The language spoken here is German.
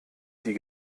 die